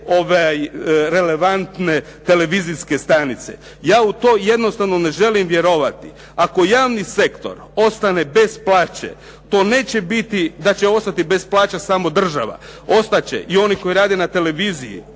sve relevantne televizijske stanice. Ja u to jednostavno ne želim vjerovati. Ako javni sektor ostane bez plaće, to neće biti da će ostati bez plaća država, ostati će i oni koji rade na televiziji,